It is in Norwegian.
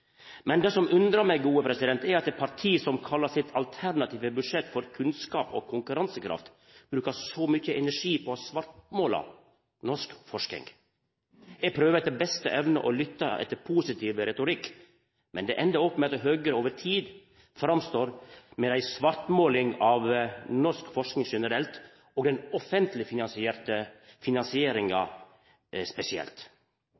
Men det som undrar meg, er at eit parti som kallar sitt alternative budsjett for kunnskap og konkurransekraft, brukar så mykje energi på å svartmåla norsk forsking. Eg prøver etter beste evne å lytta etter positiv retorikk, men det endar opp med at Høgre over tid framstår med ei svartmåling av norsk forsking generelt og den offentleg finansierte